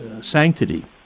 sanctity